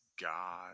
God